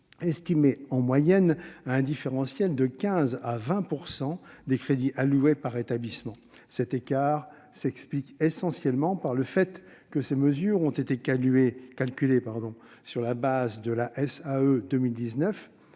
il existerait un différentiel de 15 % à 20 % des crédits alloués par établissement. Cet écart s'explique essentiellement par le fait que ces mesures ont été calculées sur le fondement de